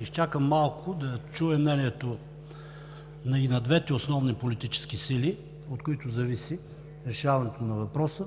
изчакам малко, да чуя мнението и на двете основни политически сили, от които зависи решаването на въпроса.